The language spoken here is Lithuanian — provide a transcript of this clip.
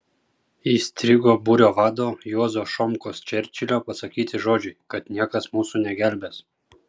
įstrigo būrio vado juozo šomkos čerčilio pasakyti žodžiai kad niekas mūsų negelbės